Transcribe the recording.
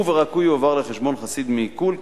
הוא ורק הוא יועבר לחשבון חסין מעיקול,